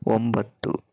ಒಂಬತ್ತು